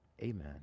Amen